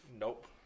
Nope